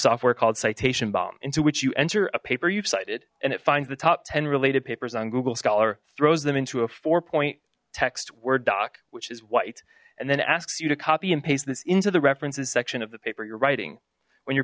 software called citation bomb into which you enter a paper you've cited and it finds the top ten related papers on google scholar throws them into a four point text word doc which is white and then asks you to copy and paste this into the references section of the paper you're writing when your